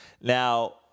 Now